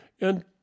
And